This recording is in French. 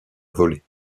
volé